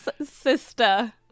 sister